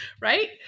Right